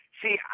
See